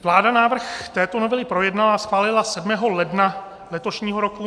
Vláda návrh této novely projednala a schválila 7. ledna letošního roku.